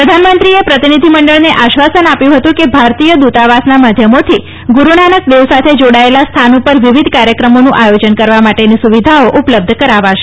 પ્રધાનમંત્રીએ પ્રતિનિધી મંડળને આશ્વાસન આપ્યું હતું કે ભારતીય દૂતાવાસના માધ્યમોથી ગુરૂનાનક દેવ સાથે જોડાયેલા સ્થાન પર વિવિધ કાર્યક્રમો આયોજન કરવા માટેની સુવિધાઓ ઉપલબ્ધ કરાવાશે